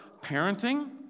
parenting